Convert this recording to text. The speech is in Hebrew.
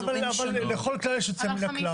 לא, אבל לכל כלל יש יוצא מן הכלל.